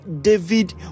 David